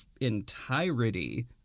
entirety